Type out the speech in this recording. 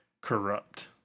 corrupt